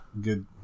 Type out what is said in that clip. good